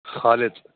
خالد